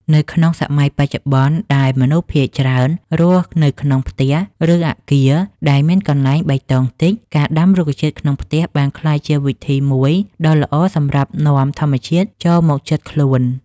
នៅក្នុងសម័យបច្ចុប្បន្ន ដែលមនុស្សភាគច្រើនរស់នៅក្នុងផ្ទះ ឬអគារដែលមានកន្លែងបៃតងតិច ការដាំរុក្ខជាតិក្នុងផ្ទះបានក្លាយជាវិធីមួយដ៏ល្អសម្រាប់នាំធម្មជាតិចូលមកជិតខ្លួន។